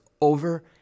over